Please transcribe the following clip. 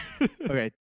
okay